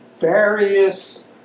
various